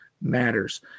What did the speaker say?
matters